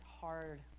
hard